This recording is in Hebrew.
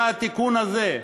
היה התיקון הזה,